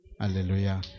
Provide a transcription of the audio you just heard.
Hallelujah